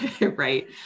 Right